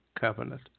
covenant